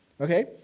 okay